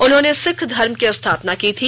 उन्होंने सिक्ख धर्म की स्थापना की थी